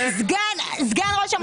הוא סגן ראש המוסד.